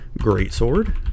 greatsword